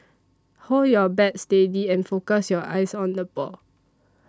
hold your bat steady and focus your eyes on the ball